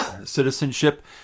citizenship